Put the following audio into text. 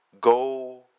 Go